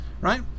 right